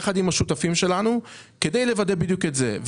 ביחד עם השותפים שלנו כדי לוודא בדיוק את זה.